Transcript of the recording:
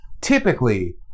typically